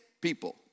people